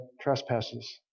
trespasses